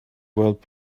gweld